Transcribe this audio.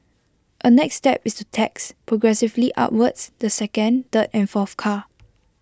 A next step is to tax progressively upwards the second third and fourth car